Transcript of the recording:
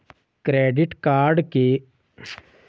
Credit card लेने के लिए कौन आवेदन कर सकता है?